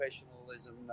professionalism